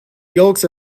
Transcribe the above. yolks